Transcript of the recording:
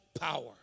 power